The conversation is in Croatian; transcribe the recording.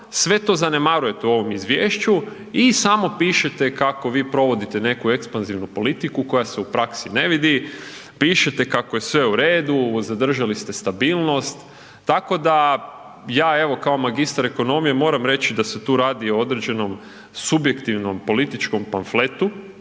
sve to zanemarujete u ovom izvješću i samo pišete kako vi provodite neku ekspanzivnu politiku koja se u praksi ne vidi, pišete kako je sve u redu, zadržali ste stabilnost, tako da ja evo kao magistar ekonomije moram reći da se tu radi o određenom subjektivnom političkom pamfletu,